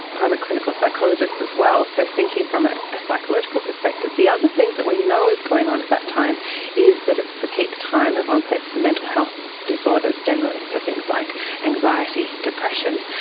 and i'm a clinical psychologist as well, so thinking from ah a psychological perspective, the other thing that we know is going on at that time is that it's the peak time of onset for mental health disorders generally. so things like anxiety, depression.